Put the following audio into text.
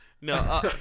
No